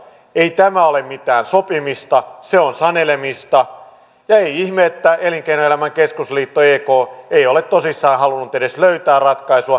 ei tämä ole mitään sopimista se on sanelemista ja ei ihme että elinkeinoelämän keskusliitto ek ei ole tosissaan halunnut edes löytää ratkaisua